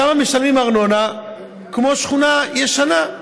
שם משלמים ארנונה כמו שכונה ישנה,